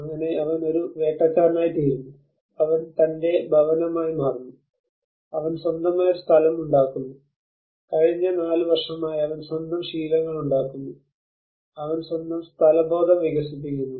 അങ്ങനെ അവൻ ഒരു വേട്ടക്കാരനായിത്തീരുന്നു അവൻ തന്റെ ഭവനമായി മാറുന്നു അവൻ സ്വന്തമായി ഒരു സ്ഥലമുണ്ടാക്കുന്നു കഴിഞ്ഞ 4 വർഷമായി അവൻ സ്വന്തം ശീലങ്ങൾ ഉണ്ടാക്കുന്നു അവൻ സ്വന്തം സ്ഥലബോധം വികസിപ്പിക്കുന്നു